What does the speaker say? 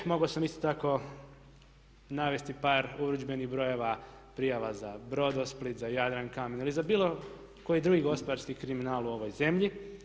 Mogao sam isto tako navesti par urudžbenih brojeva, prijava za Brodosplit, za Jadrankamen ili za bilo koji drugi gospodarski kriminal u ovoj zemlji.